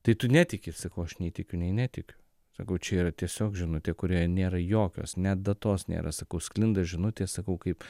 tai tu netiki sakau aš nei tikiu nei netikiu sakau čia yra tiesiog žinutė kurioje nėra jokios net datos nėra sakau sklinda žinutė sakau kaip